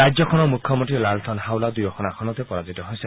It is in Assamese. ৰাজ্যখনৰ মুখ্যমন্ত্ৰী লালথান হাওলা দুয়োখন আসনতে পৰাজিত হৈছে